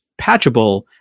patchable